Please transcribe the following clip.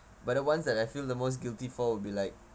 but the ones that I feel the most guilty for will be like